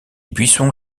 buissons